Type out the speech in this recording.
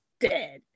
dead